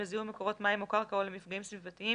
לזיהום מקורות מים או קרקע או למפגעים סביבתיים,